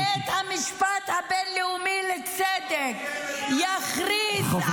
-- בית המשפט הבין-לאומי לצדק יכריז על הכיבוש -- בוגדת.